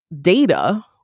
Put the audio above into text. data